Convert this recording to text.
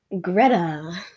Greta